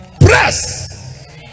Press